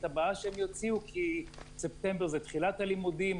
הבאה שהם יוציאו כי ספטמבר זה תחילת הלימודים,